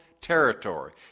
territory